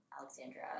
Alexandra